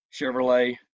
Chevrolet